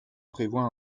prévoit